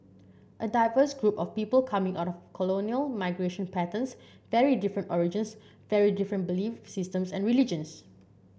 a diverse group of people coming out of colonial migration patterns very different origins very different belief systems and religions